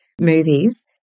movies